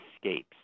escapes